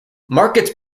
markets